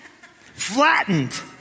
flattened